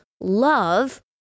love